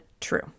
true